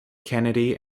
kennedy